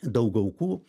daug aukų